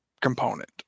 component